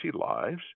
lives